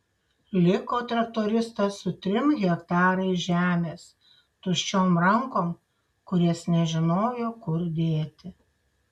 liko traktoristas su trim hektarais žemės tuščiom rankom kurias nežinojo kur dėti